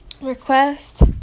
request